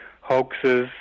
hoaxes